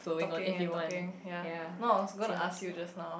talking and talking yea no I was going to ask you just now